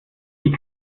die